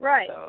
Right